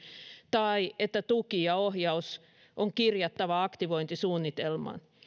tai että tuki ja ohjaus on kirjattava aktivointisuunnitelmaan